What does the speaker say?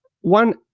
one